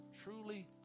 truly